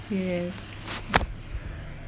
yes